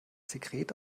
sekret